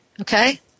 Okay